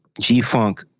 G-Funk